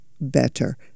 better